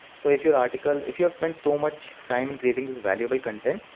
so if your article if you've spent so much time on creating this valuable content,